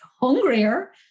hungrier